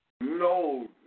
No